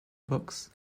books